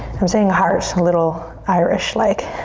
i'm saying heart a little irish like.